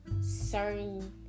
certain